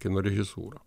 kino režisūrą